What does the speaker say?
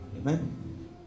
Amen